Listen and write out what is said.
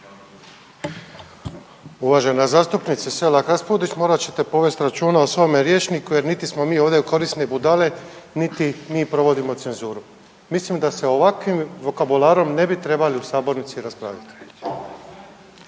Uvažena zastupnice SElak RAspudić. Morat ćete povesti računa o svome rječniku jer niti smo mi ovdje korisne budale niti mi provodimo cenzuru. Mislim da se ovakvim vokabularom ne bi trebali u sabornici raspravljat.